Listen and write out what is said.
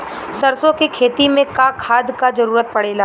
सरसो के खेती में का खाद क जरूरत पड़ेला?